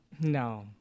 No